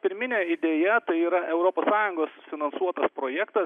pirminė idėja tai yra europos sąjungos finansuotas projektas